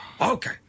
Okay